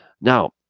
now